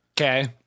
Okay